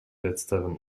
letzterem